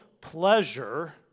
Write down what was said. pleasure